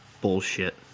bullshit